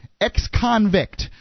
ex-convict